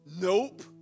Nope